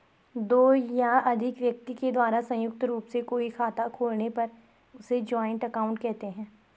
दो या अधिक व्यक्ति के द्वारा संयुक्त रूप से कोई खाता खोलने पर उसे जॉइंट अकाउंट कहते हैं